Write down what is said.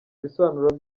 ibisobanuro